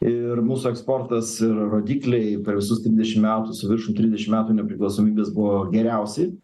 ir mūsų eksportas ir rodikliai per visus trisdešim metų su viršum trisdešim metų nepriklausomybės buvo geriausi